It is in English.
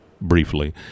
briefly